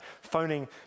phoning